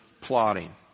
plotting